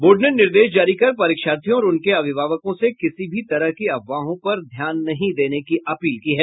board ने निर्देश जारी कर परीक्षार्थियों और उनके अभिभावकों से किसी भी तरह के अफवाहों पर ध्यान नहीं देने की अपील की है